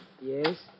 Yes